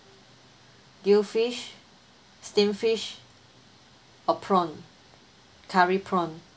stew fish steamed fish or prawn curry prawn